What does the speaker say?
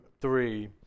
three